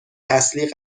اصلی